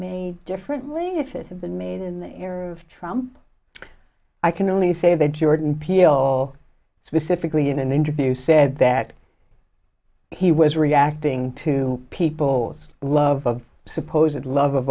made differently if it had been made in the era of trump i can only say that jordan peele specifically in an interview said that he was reacting to people's love supposedly love of